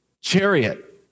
chariot